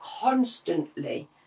constantly